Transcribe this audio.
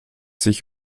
sich